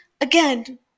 again